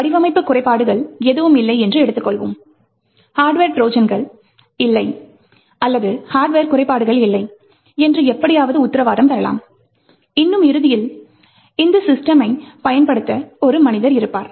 வடிவமைப்பு குறைபாடுகள் எதுவுமில்லை என்று எடுத்துக்கொள்வோம் ஹார்ட்வர் ட்ரோஜன்கள் இல்லை அல்லது ஹார்ட்வர் குறைபாடுகள் இல்லை என்று எப்படியாவது உத்தரவாதம் தரலாம் இன்னும் இறுதியில் இந்த சிஸ்டமைப் பயன்படுத்த ஒரு மனிதர் இருப்பார்